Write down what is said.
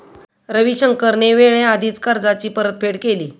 रविशंकरने वेळेआधीच कर्जाची परतफेड केली